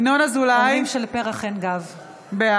ינון אזולאי, בעד